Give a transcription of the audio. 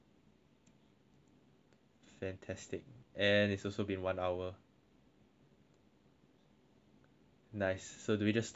fantastic and it's also been one hour nice so do we just stop the recording now